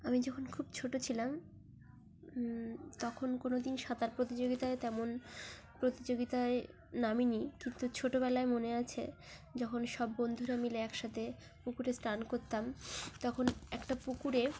আমি যখন খুব ছোট ছিলাম তখন কোনো দিন সাঁতার প্রতিযোগিতায় তেমন প্রতিযোগিতায় নামিনি কিন্তু ছোটবেলায় মনে আছে যখন সব বন্ধুরা মিলে একসাথে পুকুরে স্নান করতাম তখন একটা পুকুরে